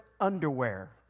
underwear